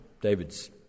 David's